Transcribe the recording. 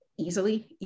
easily